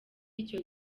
icyo